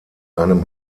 einem